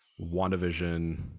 Wandavision